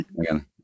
Again